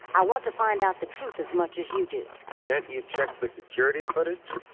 i want to find out the truth as much as you do can't you check the security footage?